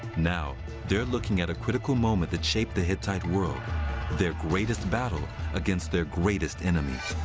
now they're looking at a critical moment that shaped the hittite world their greatest battle against their greatest enemy.